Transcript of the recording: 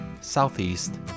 Southeast